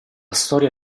storia